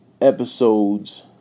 episodes